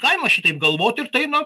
galima šitaip galvot ir tai na